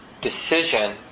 decision